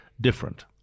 different